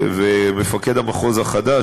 מפקד המחוז החדש,